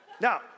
Now